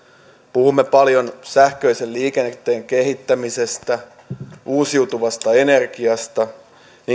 puhumme paljon sähköisen liikenteen kehittämisestä uusiutuvasta energiasta